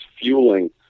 fueling